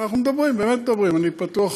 אנחנו מדברים, באמת מדברים, אני פתוח,